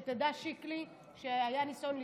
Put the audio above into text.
שתדע, שיקלי, שהיה ניסיון לדחות,